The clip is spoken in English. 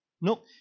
Nope